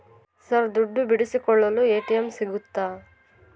Sir ದುಡ್ಡು ಬಿಡಿಸಿಕೊಳ್ಳಲು ATM ಸಿಗುತ್ತಾ?